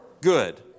good